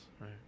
Right